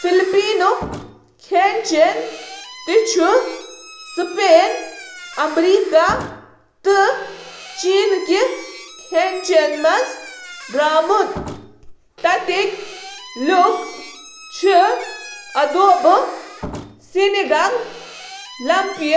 فلپائنی کھین چُھ مقٲمی، ہسپانوی، چینی تہٕ امریکی اثراتن ہنٛد اکھ منفرد امتزاج، یُس یمن ہنٛدین ریسٹورنٹ مینوہن منٛز چُھ ظٲہر گژھان۔ باقٕے ضِیافتن برعکس،